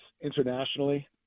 internationally